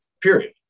Period